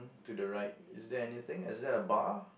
to the right is there anything is there a bar